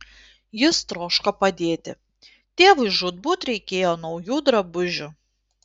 jis troško padėti tėvui žūtbūt reikėjo naujų drabužių